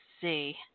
see